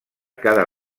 cada